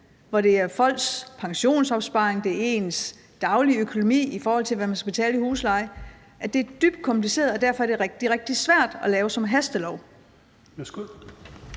hvor det er folks pensionsopsparing og det er ens daglige økonomi, i forhold til hvad man skal betale i husleje, er det dybt kompliceret, og at det derfor er rigtig, rigtig svært at lave det som en hastelov?